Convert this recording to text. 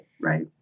Right